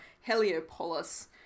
Heliopolis